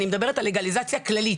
אני מדברת על לגליזציה כללית,